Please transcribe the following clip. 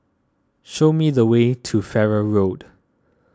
show me the way to Farrer Road